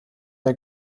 der